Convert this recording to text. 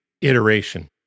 iteration